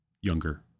younger